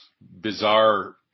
bizarre